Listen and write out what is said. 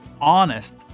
honest